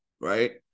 right